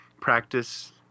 practice